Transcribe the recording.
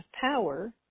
power